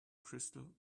crystal